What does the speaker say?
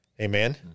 Amen